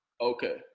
Okay